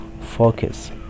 focus